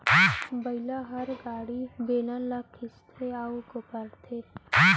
बइला हर गाड़ी, बेलन ल खींचथे अउ कोपरथे